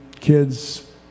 kids